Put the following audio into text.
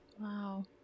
Wow